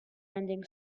ending